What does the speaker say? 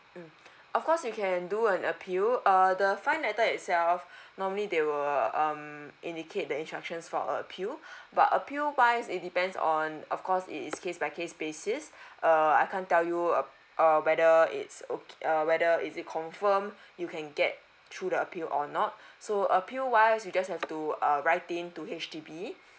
mm of course you can do an appeal uh the fine letter itself normally they will um indicate the instructions for appeal but appeal wise it depends on of course it is case by case basis uh I can't tell you uh whether it's okay uh whether is it confirm you can get through the appeal or not so appeal wise you just have to uh writing to H_D_B